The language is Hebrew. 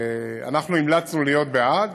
אנחנו המלצנו להיות בעד,